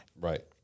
Right